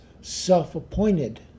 self-appointed